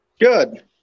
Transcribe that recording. Good